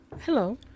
Hello